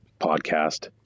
podcast